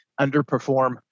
underperform